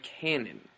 cannon